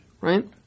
right